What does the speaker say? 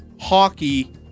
hockey